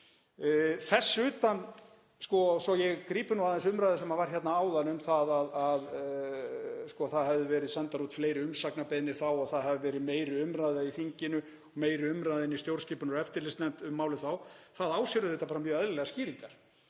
Þess utan, svo ég grípi aðeins umræðu sem var hér áðan um að það hefðu verið sendar út fleiri umsagnarbeiðnir þá, að það hafi verið meiri umræða í þinginu, meiri umræða í stjórnskipunar- og eftirlitsnefnd um málið, þá á það sér auðvitað bara mjög eðlilegar skýringar.